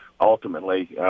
ultimately